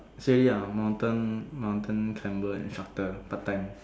steady ah mountain mountain climber instructor part time